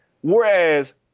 Whereas